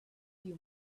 few